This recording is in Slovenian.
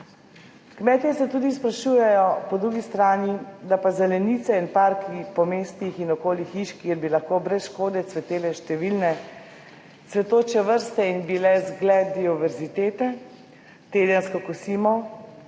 Kmetje se tudi sprašujejo po drugi strani, da pa zelenice in parki po mestih in okoli hiš, kjer bi lahko brez škode cvetele številne cvetoče vrste in bile zgled dioverzitete, tedensko kosimo.